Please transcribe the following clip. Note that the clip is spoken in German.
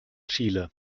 chile